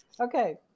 Okay